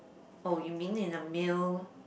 oh you mean in a meal